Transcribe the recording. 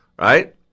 Right